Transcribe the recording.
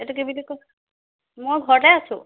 এইটো কি বুলি কয় মই ঘৰতে আছোঁ